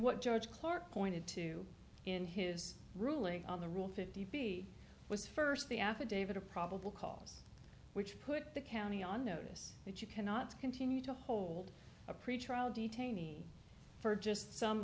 what george clarke pointed to in his ruling on the rule fifty b was first the affidavit of probable cause which put the county on notice that you cannot continue to hold a pretrial detainee for just some